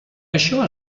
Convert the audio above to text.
això